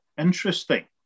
interesting